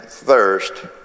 thirst